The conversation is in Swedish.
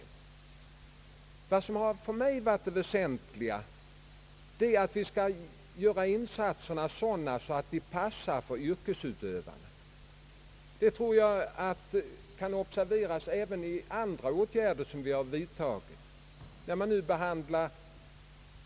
Det väsentliga för mig har varit att våra insatser skall passa yrkesutövarna. Denna strävan tror jag att man kan observera även när det gäller andra åtgärder som vi föreslagit.